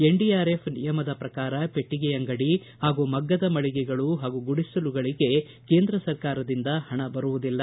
N D R F ನಿಯಮದ ಪ್ರಕಾರ ಪೆಟ್ಟಗೆ ಅಂಗಡಿ ಹಾಗೂ ಮಗ್ಗದ ಮಳಗೆಗಳು ಹಾಗು ಗುಡಿಸಲುಗಳಿಗೆ ಕೇಂದ್ರ ಸರ್ಕಾರದಿಂದ ಹಣ ಬರುವುದಿಲ್ಲ